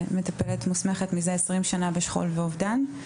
מטפלת מוסמכת מזה 20 שנה בשכול ואובדן,